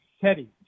Teddy